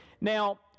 Now